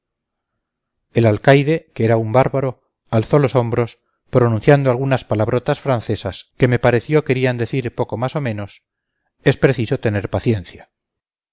el alcaide que era un bárbaro alzó los hombros pronunciando algunas palabrotas francesas que me pareció querían decir poco más o menos es preciso tener paciencia